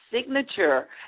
signature